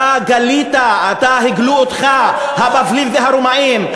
הגלו אותך הבבלים והרומאים.